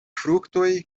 fruktoj